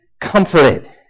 comforted